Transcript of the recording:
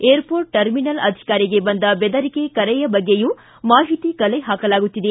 ಏರ್ಷೋರ್ಟ್ terminal ಅಧಿಕಾರಿಗೆ ಬಂದ ಬೆದರಿಕೆ ಕರೆಯ ಬಗ್ಗೆಯೂ ಮಾಹಿತಿ ಕಲೆ ಹಾಕಲಾಗುತ್ತಿದೆ